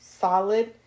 solid